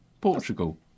Portugal